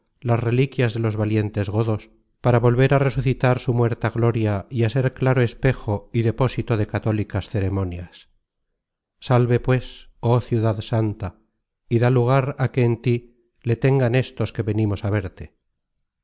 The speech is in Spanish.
las reliquias de los valientes godos para volver á resucitar su muerta gloria y á ser claro espejo y depósito de católicas ceremonias salve pues oh ciudad santa y da lugar que en tí le tengan éstos que venimos á verte